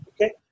Okay